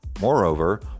Moreover